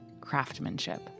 craftsmanship